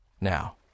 Now